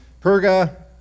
Perga